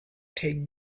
take